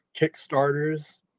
kickstarters